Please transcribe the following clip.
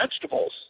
vegetables